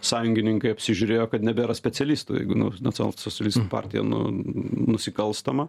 sąjungininkai apsižiūrėjo kad nebėra specialistų jeigu nu nacionalsocialistų partija nu nusikalstama